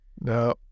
No